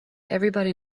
everybody